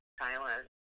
silence